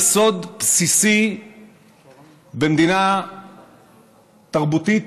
יסוד בסיסי במדינה תרבותית,